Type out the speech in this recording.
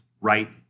right